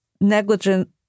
negligent